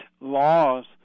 laws